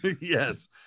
Yes